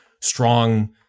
strong